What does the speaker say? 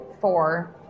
Four